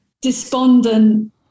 despondent